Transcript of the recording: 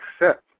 accept